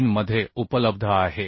3 मध्ये उपलब्ध आहे